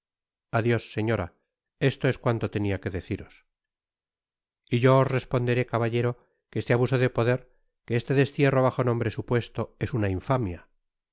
dios señora esto es cuanto tenia que deciros y yo os responderé caballero que este abuso de poder que este destierro bajo nombre supuesto es una infamia